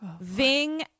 ving